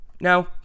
Now